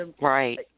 Right